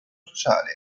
sociale